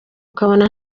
ukabona